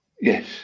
Yes